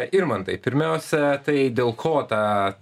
irmantai pirmiausia tai dėl ko ta